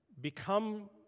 become